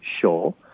sure